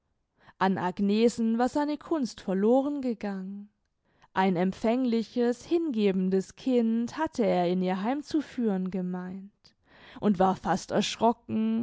an agnesen war seine kunst verloren gegangen ein empfängliches hingebendes kind hatte er in ihr heimzuführen gemeint und war fast erschrocken